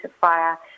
fire